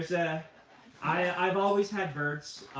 yeah i've always had birds.